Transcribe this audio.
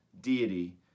deity